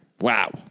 Wow